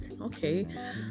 okay